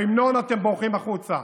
בהמנון אתם בורחים החוצה,